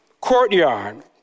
courtyard